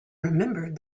remembered